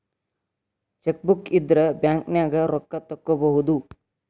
chequebook ಇದ್ರ ಬ್ಯಾಂಕ್ನ್ಯಾಗ ರೊಕ್ಕಾ ತೊಕ್ಕೋಬಹುದು